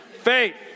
Faith